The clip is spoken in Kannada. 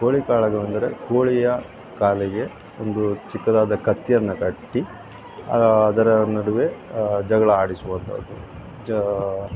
ಕೋಳಿ ಕಾಳಗವೆಂದರೆ ಕೋಳಿಯ ಕಾಲಿಗೆ ಒಂದು ಚಿಕ್ಕದಾದ ಕತ್ತಿಯನ್ನು ಕಟ್ಟಿ ಅದರ ನಡುವೆ ಜಗಳ ಆಡಿಸುವಂಥದ್ದು ಜಾ